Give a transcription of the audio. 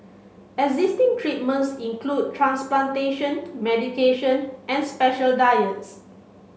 existing treatments include transplantation medication and special diets